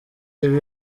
ibi